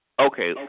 Okay